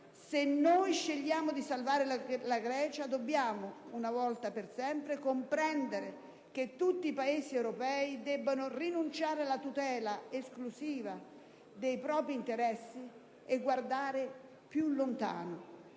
Se noi scegliamo di salvare la Grecia dobbiamo, una volta per sempre, comprendere che tutti i Paesi europei debbono rinunciare alla tutela esclusiva dei propri interessi e guardare più lontano.